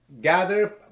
gather